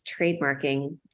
trademarking